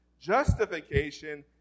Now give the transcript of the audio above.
Justification